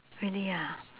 really ah